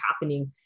happening